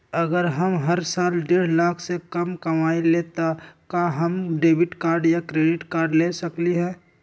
अगर हम हर साल डेढ़ लाख से कम कमावईले त का हम डेबिट कार्ड या क्रेडिट कार्ड ले सकली ह?